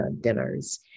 dinners